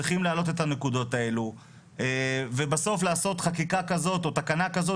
צריכים להעלות את הנקודות האלו ובסוף לעשות חקיקה כזאת או תקנה כזאת